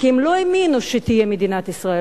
כי הם לא האמינו שתהיה מדינת ישראל.